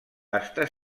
està